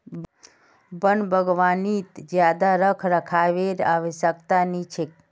वन बागवानीत ज्यादा रखरखावेर आवश्यकता नी छेक